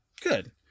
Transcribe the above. Good